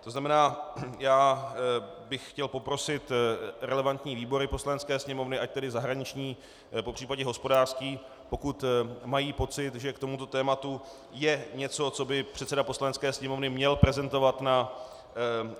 To znamená, já bych chtěl poprosit relevantní výbory Poslanecké sněmovny, ať tedy zahraniční, popřípadě hospodářský, pokud mají pocit, že k tomuto tématu je něco, co by předseda Poslanecké sněmovny měl prezentovat na